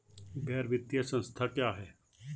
गैर वित्तीय संस्था क्या है?